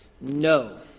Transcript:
No